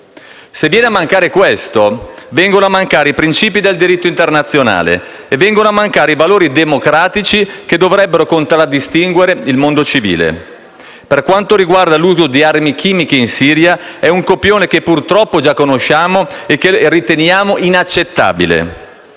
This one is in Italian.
Se viene a mancare questo, vengono a mancare i principi del diritto internazionale e i valori democratici che dovrebbero contraddistinguere il mondo civile. Per quanto riguarda l'uso di armi chimiche in Siria, è un copione che purtroppo già conosciamo e che riteniamo inaccettabile.